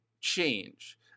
change